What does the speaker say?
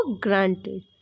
granted